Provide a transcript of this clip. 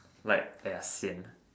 like !aiya! sian